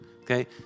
okay